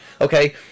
Okay